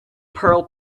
pearl